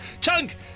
Chunk